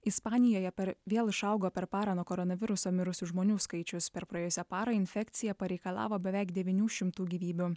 ispanijoje per vėl išaugo per parą nuo koronaviruso mirusių žmonių skaičius per praėjusią parą infekcija pareikalavo beveik devynių šimtų gyvybių